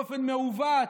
באופן מעוות,